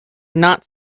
not